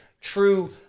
true